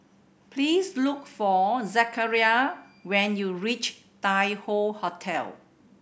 please look for Zachariah when you reach Tai Hoe Hotel